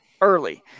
early